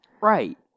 Right